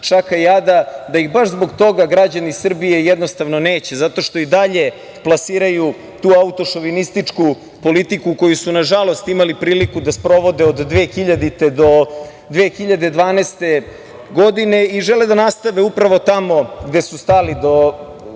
da smo obična šaka jada, građani Srbije jednostavno neće, zato što i dalje plasiraju tu autošovinističku politiku koju su, nažalost, imali priliku da sprovode od 2000. do 2012. godine i žele da nastave upravo tamo gde su stali tokom,